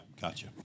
gotcha